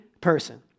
person